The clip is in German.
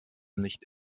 nicht